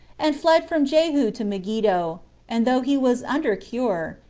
and fled from jehu to megiddo and though he was under cure,